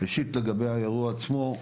אישית, לגבי האירוע עצמו,